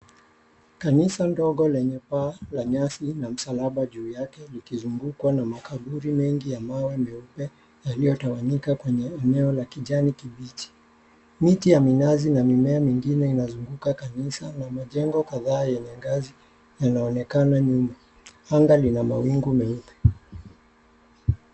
Kanisa ndogo lenye paa la nyasi na msalaba juu yake likizungukwa na makaburi mengi ya mawe meupe yaliyotawanyika kwenye eneo la kijani kibichi. Miti ya minazi na mimea mingine inazunguka kanisa na majengo kadhaa yeye ngazi yanaonekana nyingi, anga lina mawingu meupe.